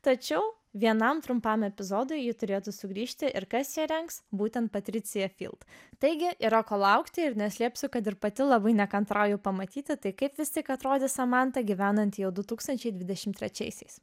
tačiau vienam trumpam epizodui ji turėtų sugrįžti ir kas ją rengs būtent patricija taigi yra ko laukti ir neslėpsiu kad ir pati labai nekantrauju pamatyti tai kaip vis tik atrodė samanta gyvenanti jau du tūkstančiai dvidešim trečiais